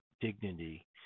dignity